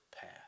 path